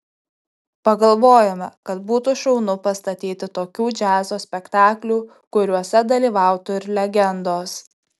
pagalvojome kad būtų šaunu pastatyti tokių džiazo spektaklių kuriuose dalyvautų ir legendos